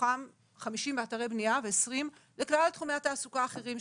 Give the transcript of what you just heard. מתוכם 50 מאתרי בנייה ו-20 מכלל תחומי תעסוקה אחרים.